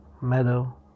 meadow